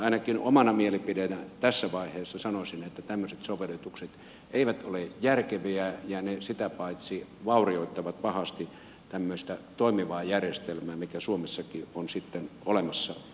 ainakin omana mielipiteenä tässä vaiheessa sanoisin että tämmöiset sovellutukset eivät ole järkeviä ja ne sitä paitsi vaurioittavat pahasti tämmöistä toimivaa järjestelmää mikä suomessakin on olemassa